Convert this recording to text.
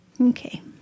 Okay